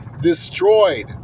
destroyed